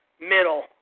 Middle